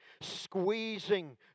squeezing